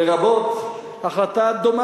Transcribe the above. לרבות החלטה דומה,